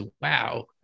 wow